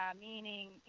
meaning